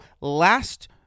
last